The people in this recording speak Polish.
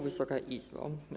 Wysoka Izbo!